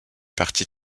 parti